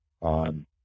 on